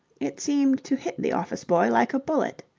it seemed to hit the office-boy like a bullet.